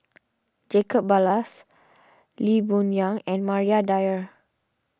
Jacob Ballas Lee Boon Yang and Maria Dyer